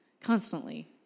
constantly